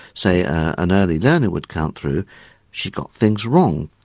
say, an early learner would count through she got things wrong.